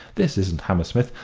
this isn't hammersmith.